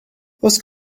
oes